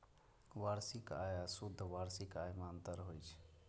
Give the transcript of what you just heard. वार्षिक आय आ शुद्ध वार्षिक आय मे अंतर होइ छै